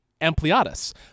Ampliatus